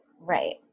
right